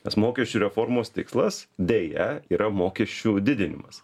nes mokesčių reformos tikslas deja yra mokesčių didinimas